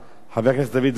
חבר הכנסת דוד רותם,